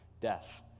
death